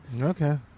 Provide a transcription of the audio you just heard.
Okay